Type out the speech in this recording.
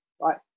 Right